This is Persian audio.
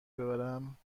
ببرم